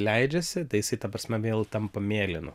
leidžiasi tai jisai ta prasme vėl tampu mėlynu